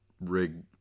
rig